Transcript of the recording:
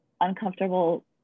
uncomfortable